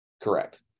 Correct